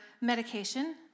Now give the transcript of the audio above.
medication